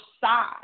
side